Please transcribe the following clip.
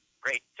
Great